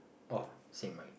oh same right